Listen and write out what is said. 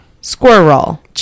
squirrel